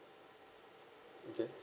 okay